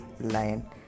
lion